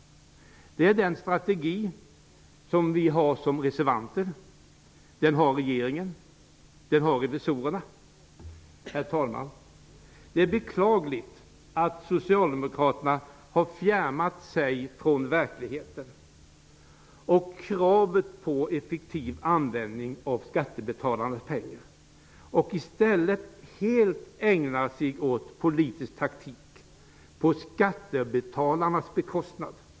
Det är den strategi som vi reservanter, regeringen och revisorerna har gemensam. Herr talman! Det är beklagligt att Socialdemokraterna har fjärmat sig från verkligheten och kravet på effektiv användning av skattebetalarnas pengar. I stället ägnar de sig helt åt politisk taktik på skattebetalarnas bekostnad.